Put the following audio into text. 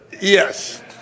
Yes